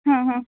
हां हां